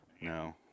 no